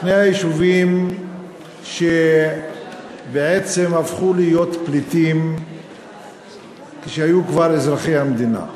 שני היישובים שתושביהם בעצם הפכו להיות פליטים כשהיו כבר אזרחי המדינה.